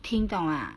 听懂吗